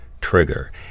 trigger